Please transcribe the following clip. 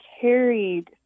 carried